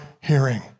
hearing